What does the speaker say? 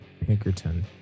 Pinkerton